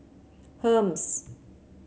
Hermes